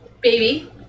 baby